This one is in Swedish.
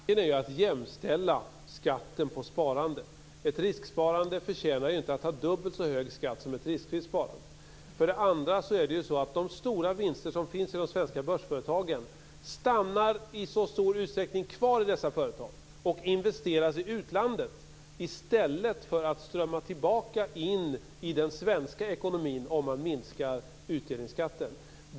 Fru talman! För det första är tanken att jämställa skatten på sparande. Ett risksparande förtjänar inte att ha dubbelt så hög skatt som ett riskfritt sparande. För det andra stannar de stora vinster som finns i de svenska börsföretagen i stor utsträckning kvar i dessa företag och investeras i utlandet i stället för att strömma tillbaka in i den svenska ekonomin, vilket kan ske om man minskar utdelningsskatten.